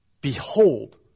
behold